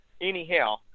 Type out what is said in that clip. Anyhow